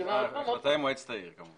וחברי מועצת העיר כמובן.